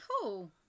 cool